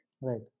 Right